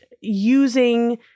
using